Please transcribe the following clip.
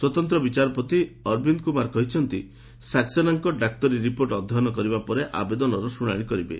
ସ୍ପତନ୍ତ୍ର ବିଚାରପତି ଅରବିନ୍ଦ କୁମାର କହିଛନ୍ତି ସକ୍ସେନାଙ୍କ ଡାକ୍ତରୀ ରିପୋର୍ଟ ଅଧ୍ୟୟନ କରିବା ପରେ ଆବେଦନର ଶୁଣାଣି କରିବେ